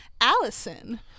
Allison